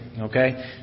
Okay